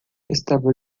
estava